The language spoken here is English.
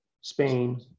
Spain